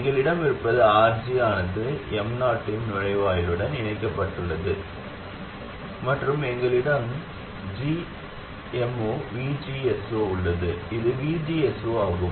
எங்களிடம் இருப்பது RG ஆனது M0 இன் நுழைவாயிலுடன் இணைக்கப்பட்டுள்ளது மற்றும் எங்களிடம் gm0VGS0 உள்ளது இது VGS0 ஆகும்